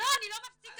לא, אני לא מפסיקה.